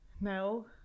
No